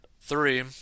Three